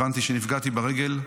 הבנתי שנפגעתי ברגל.